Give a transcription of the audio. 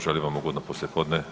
Želim vam ugodno poslijepodne.